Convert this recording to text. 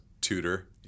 tutor